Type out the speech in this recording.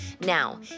Now